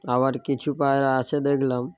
আবার কিছু পায়রা আছে দেখলাম